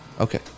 Okay